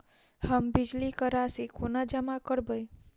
हम बिजली कऽ राशि कोना जमा करबै?